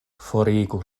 forigu